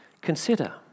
consider